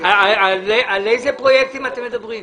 על איזה פרויקטים אתם מדברים?